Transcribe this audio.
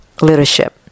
leadership